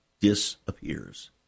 disappears